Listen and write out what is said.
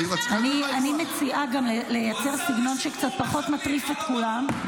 אני מציעה גם לייצר סגנון שקצת פחות מטריף את כולם.